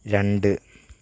രണ്ട്